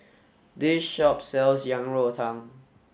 this shop sells Yang Rou Tang